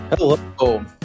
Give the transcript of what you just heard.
Hello